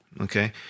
Okay